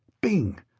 Bing